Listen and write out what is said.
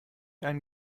einen